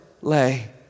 lay